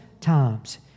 times